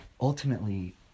Ultimately